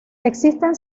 existen